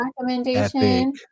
Recommendation